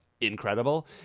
incredible